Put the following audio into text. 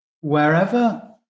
wherever